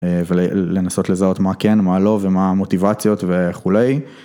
לנסות לזהות מה כן מה לא ומה המוטיבציות וכולי.